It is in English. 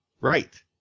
right